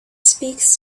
speaks